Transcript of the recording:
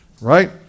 right